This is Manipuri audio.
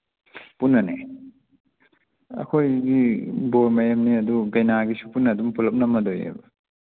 ꯄꯨꯟꯅꯅꯦ ꯑꯩꯈꯣꯏꯒꯤ ꯕꯣꯔ ꯃꯌꯨꯝꯅꯦ ꯑꯗꯨ ꯀꯩꯅꯥꯒꯤꯁꯨ ꯄꯨꯟꯅ ꯑꯗꯨꯝ ꯄꯨꯂꯞ ꯅꯝꯃꯗꯣꯏꯅꯤꯕ